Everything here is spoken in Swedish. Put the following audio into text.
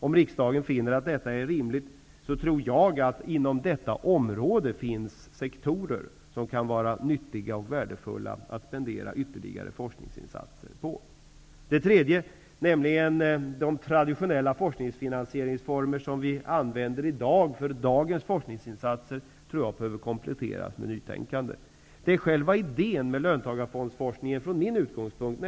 Om riksdagen finner att detta är rimligt, tror jag att det finns sektorer inom detta område som kan vara nyttiga och värdefulla att spendera ytterligare forskningsinsatser på. När det gäller den tredje frågan om de traditionella forskningfinansieringsformer som vi använder för dagens forskningsinsatser, tror jag att de behöver kompletteras med nytänkande. Det är själva idén med löntagarfondsforskningen från min utgångspunkt.